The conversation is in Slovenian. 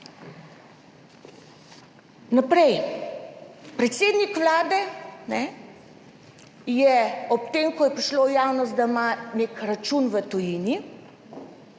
Naprej, predsednik Vlade je ob tem, ko je prišlo v javnost, da ima nek račun v tujini,